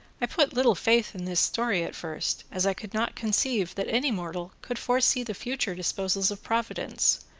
i put little faith in this story at first, as i could not conceive that any mortal could foresee the future disposals of providence,